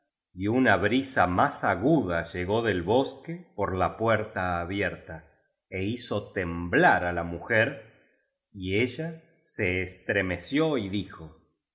y una brisa más aguda llegó del bosque por la puerta abierta é hizo temblar á la mujer y ella se estremeció y dijo